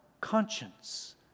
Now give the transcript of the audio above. conscience